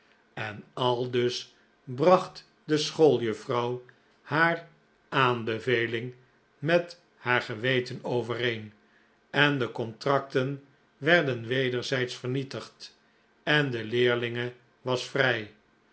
en aldus bracht de schooljuffrouw haar aanbeveling met haar geweten overeen en de contracten werden wederzijds vernietigd en de leerlinge was vrij